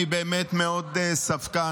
אני באמת מאוד ספקן.